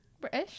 British